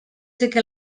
que